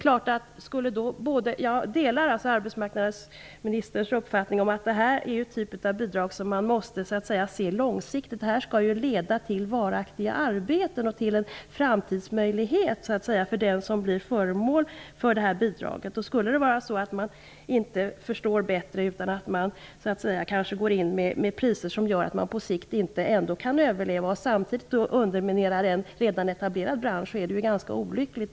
Jag delar alltså arbetsmarknadsministerns uppfattning att det här är en typ av bidrag som man måste se långsiktigt. Det här bidraget skall leda till varaktigt arbete och till en framtidsmöjlighet för den som blir föremål för det. Skulle man inte förstå bättre, utan kanske gå in med priser som gör att man på sikt ändå inte kan överleva, och samtidigt underminera ett redan etablerat företag är det ganska olyckligt.